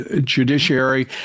judiciary